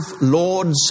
lords